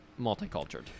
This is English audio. multicultural